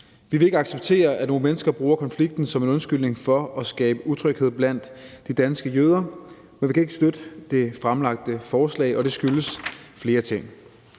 Vi vil ikke acceptere, at nogle mennesker bruger konflikten som en undskyldning for at skabe utryghed blandt de danske jøder. Men vi kan ikke støtte det fremsatte beslutningsforslag, og det skyldes flere ting.